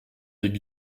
des